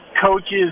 coaches